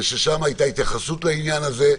וששם הייתה התייחסות לעניין הזה,